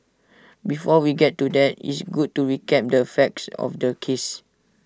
before we get to that it's good to recap the facts of the case